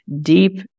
deep